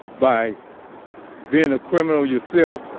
by being a criminal yourself